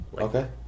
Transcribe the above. Okay